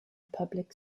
public